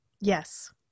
Yes